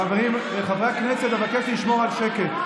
חברי הכנסת, אבקש לשמור על שקט.